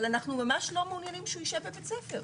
אנחנו ממש לא מעוניינים שהוא יישב בבית הספר.